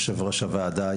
יושב-ראש הוועדה.